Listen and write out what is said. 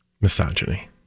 misogyny